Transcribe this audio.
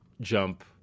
jump